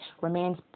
remains